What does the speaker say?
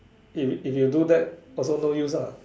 if if you do that also no use ah